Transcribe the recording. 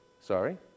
sorry